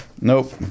Nope